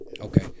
Okay